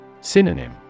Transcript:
Synonym